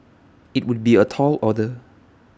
IT would be A tall order